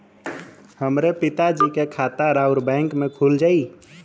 हमरे पिता जी के खाता राउर बैंक में खुल जाई?